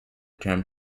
term